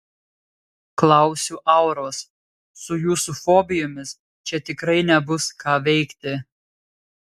klausiu auros su jūsų fobijomis čia tikrai nebus ką veikti